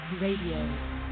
RADIO